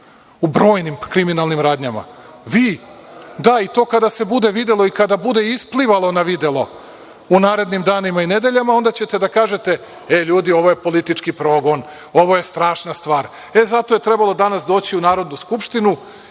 U brojnim kriminalnim radnjama, vi, da, i to kada se bude videlo i kada bude isplivalo na videlo u narednim danima i nedeljama, onda ćete da kažete – ej, ljudi, ovo je političi progon, ovo je strašna stvar. Zato je trebalo danas doći u Narodnu skupštinu